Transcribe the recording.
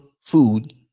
food